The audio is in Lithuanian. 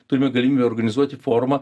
turime galimybę organizuoti forumą